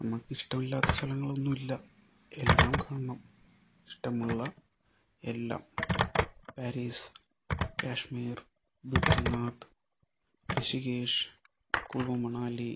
നമുക്കിഷ്ടമില്ലാത്ത സ്ഥലങ്ങളൊന്നുമില്ല എല്ലാം കാണണം ഇഷ്ടമുള്ള എല്ലാം പേരിസ് കാശ്മീർ ബദ്രിനാഥ് ഋഷികേഷ് കുളു മണാലി